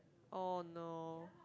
oh no